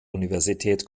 universität